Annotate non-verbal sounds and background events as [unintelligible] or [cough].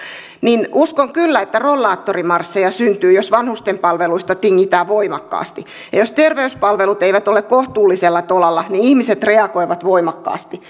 niin uskon kyllä että rollaattorimarsseja syntyy jos vanhustenpalveluista tingitään voimakkaasti jos terveyspalvelut eivät ole kohtuullisella tolalla niin ihmiset reagoivat voimakkaasti [unintelligible]